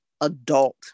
adult